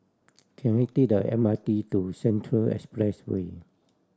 can I take the M R T to Central Expressway